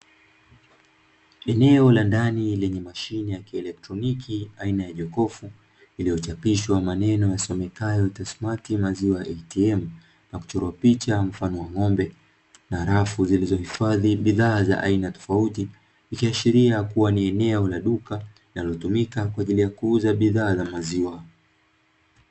Eneo la ndani lenye mashine ya kielektroniki aina ya jokofu iliyochapishwa maneno yasomekayo "TASSMATT maziwa ATM", na kuchorwa picha mfano wa ng'ombe na rafu zilizohifadhi bidhaa za aina tofauti; ikiashiria kuwa ni eneo la duka linalotumika kwa ajili ya kuuza bidhaa za maziwa.